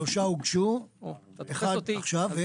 שלושה הוגשו ואחד עכשיו.